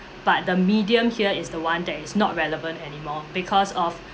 but the medium here is the one that is not relevant anymore because of